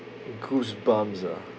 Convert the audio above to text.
goosebumps ah